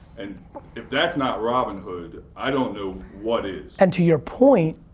and if that's not robin hood i don't know what is. and to your point,